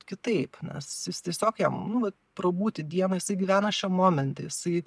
kitaip nes jis tiesiog jam nu vat prabūti dieną jisai gyvena šiam momente jisai